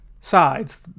sides